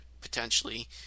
potentially